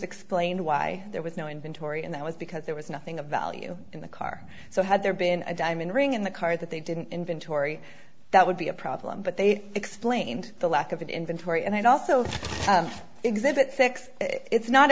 explain why there was no inventory and that was because there was nothing of value in the car so had there been a diamond ring in the car that they didn't inventory that would be a problem but they explained the lack of inventory and also exhibit six it's not